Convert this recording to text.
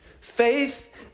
Faith